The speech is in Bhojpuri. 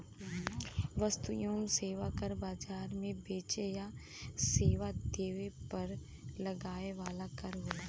वस्तु एवं सेवा कर बाजार में बेचे या सेवा देवे पर लगाया वाला कर होला